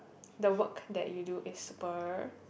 the work that you do is super